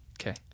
Okay